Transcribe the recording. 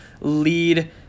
lead